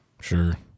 Sure